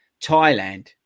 Thailand